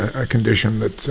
a condition that